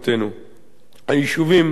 היישובים סנסנה,